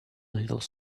little